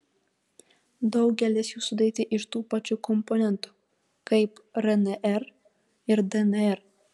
daugelis jų sudaryti iš tų pačių komponentų kaip rnr ir dnr